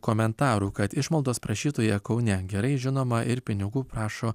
komentarų kad išmaldos prašytoja kaune gerai žinoma ir pinigų prašo